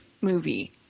movie